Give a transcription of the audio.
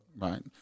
right